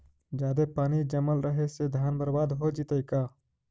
जादे पानी जमल रहे से धान बर्बाद हो जितै का?